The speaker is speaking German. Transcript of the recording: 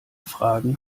fragen